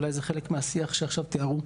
אולי זה חלק מהשיח שעכשיו תיארו.